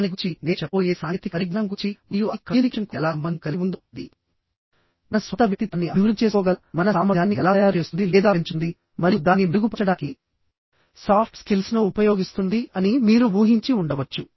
దాని గురించి నేను చెప్పబోయేది సాంకేతిక పరిజ్ఞానం గురించి మరియు అది కమ్యూనికేషన్కు ఎలా సంబంధం కలిగి ఉందో అది మన స్వంత వ్యక్తిత్వాన్ని అభివృద్ధి చేసుకోగల మన సామర్థ్యాన్ని ఎలా తయారు చేస్తుంది లేదా పెంచుతుంది మరియు దానిని మెరుగుపరచడానికి సాఫ్ట్ స్కిల్స్ను ఉపయోగిస్తుంది అని మీరు ఊహించి ఉండవచ్చు